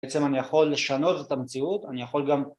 ‫בעצם אני יכול לשנות את המציאות, ‫אני יכול גם...